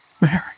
Mary